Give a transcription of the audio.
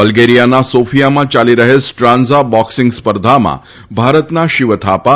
બલ્ગેરીયાના સોફિયામાં યાલી રહેલ સ્ટ્રાન્ઝા બોક્સિંગ સ્પર્ધામાં ભારતના શિવ થાપા